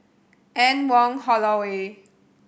Anne Wong Holloway